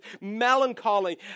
melancholy